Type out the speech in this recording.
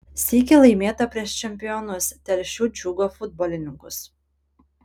sykį laimėta prieš čempionus telšių džiugo futbolininkus